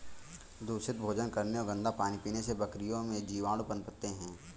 दूषित भोजन करने और गंदा पानी पीने से बकरियों में जीवाणु पनपते हैं